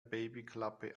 babyklappe